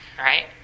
right